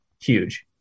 huge